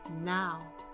now